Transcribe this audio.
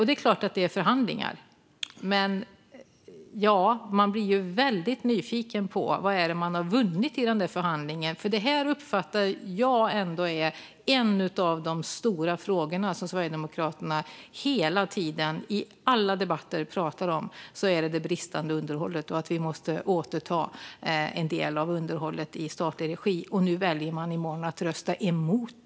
Det är klart att det sker förhandlingar, men man blir ju väldigt nyfiken på vad Sverigedemokraterna har vunnit i denna förhandling. Jag uppfattar nämligen att detta är en av de stora frågorna för Sverigedemokraterna - hela tiden och i alla debatter pratar man om det bristande underhållet och att vi måste återta en del av underhållet i statlig regi. Nu väljer man att rösta emot det.